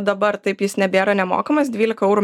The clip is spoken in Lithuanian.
dabar taip jis nebėra nemokamas dvylika eurų